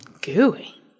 gooey